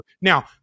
Now